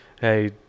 hey